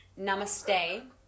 Namaste